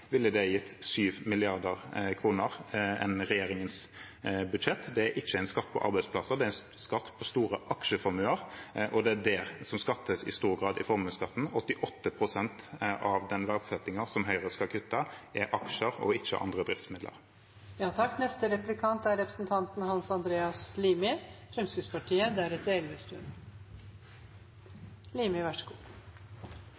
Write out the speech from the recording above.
ville det gitt 7 mrd. kr mer enn med regjeringens budsjett. Det er ikke en skatt på arbeidsplasser, det er en skatt på store aksjeformuer, og det er det som skattes i stor grad i formuesskatten. 88 pst. av den verdsettingen som Høyre skal kutte, er aksjer og ikke andre driftsmidler.